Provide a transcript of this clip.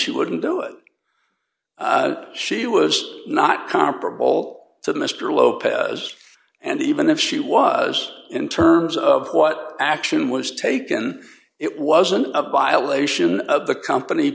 she wouldn't do it she was not comparable to mr lopez and even if she was in terms of what action was taken it wasn't a violation of the company